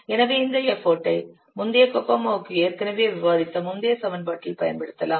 எனவே இந்த எஃபர்ட்டை முந்தைய கோகோமோவுக்கு ஏற்கனவே விவாதித்த முந்தைய சமன்பாட்டில் பயன்படுத்தலாம்